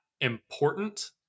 important